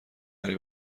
برای